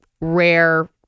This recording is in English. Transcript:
rare